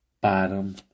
bottom